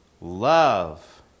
Love